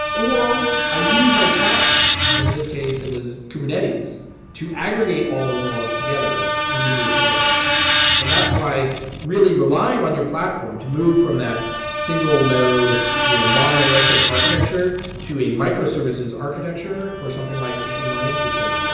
or i use my platform. in in this case, it was kubernetes to aggregate all those logs together and give me a single end point. and that's why really relying on your platform to move from that single node you know monolithic architecture to a microservices architecture for something like machine learning is so